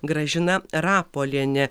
gražina rapolienė